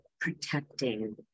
protecting